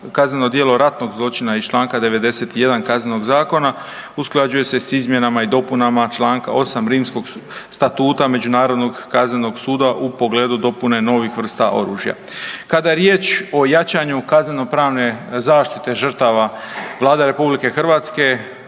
kazneno djelo ratnog zločina iz čl. 91 Kaznenog zakona, usklađuje se s izmjenama i dopunama čl. 8 Rimskog statuta Međunarodnog kaznenog suda u pogledu dopune novih vrsta oružja. Kada je riječ o jačanju kaznenopravne zaštite žrtava Vlada RH 6. izmjenama